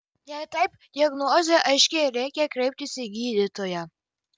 jei taip diagnozė aiški reikia kreiptis į gydytoją